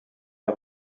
est